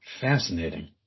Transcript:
Fascinating